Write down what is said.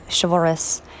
chivalrous